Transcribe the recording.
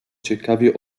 ciekawie